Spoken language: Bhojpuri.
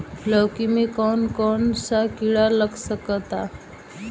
लौकी मे कौन कौन सा कीड़ा लग सकता बा?